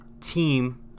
team